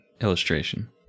illustration